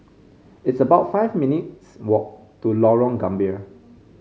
it's about five minutes' walk to Lorong Gambir